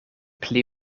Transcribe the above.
pli